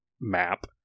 map